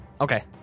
Okay